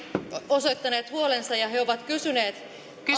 osoittaneet huolensa ja he ovat kysyneet aikooko